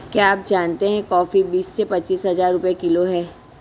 क्या आप जानते है कॉफ़ी बीस से पच्चीस हज़ार रुपए किलो है?